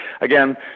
again